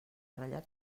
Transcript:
ratllat